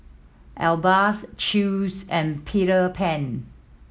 Alba Chew's and Peter Pan